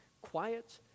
quiet